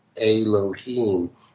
Elohim